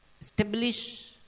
establish